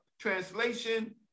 translation